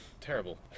terrible